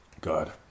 God